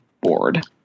board